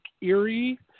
Erie